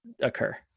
occur